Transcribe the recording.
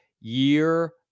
year